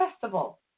festival